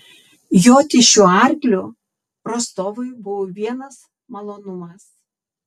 joti šiuo arkliu rostovui buvo vienas malonumas